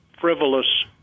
frivolous